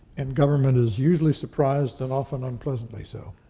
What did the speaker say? and government is usually surprised, and often unpleasantly so.